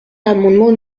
l’amendement